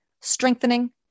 strengthening